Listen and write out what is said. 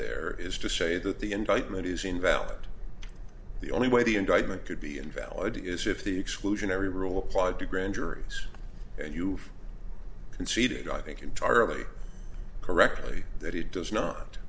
there is to say that the indictment is invalid the only way the indictment could be invalid is if the exclusionary rule applied to grand juries and you've conceded i think entirely correctly that it does not